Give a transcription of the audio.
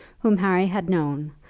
whom harry had known,